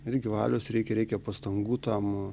irgi valios reikia reikia pastangų tam